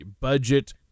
Budget